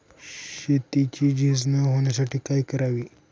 शेतीची झीज न होण्यासाठी काय करावे?